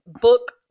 book